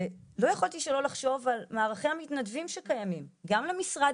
לא יכולתי שלא לחשוב על מהלכי המתנדבים שקיימים גם למשרד